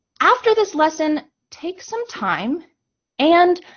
after this lesson, take some time and